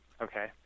Okay